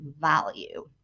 value